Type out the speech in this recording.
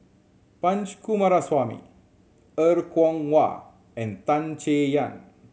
Punch Coomaraswamy Er Kwong Wah and Tan Chay Yan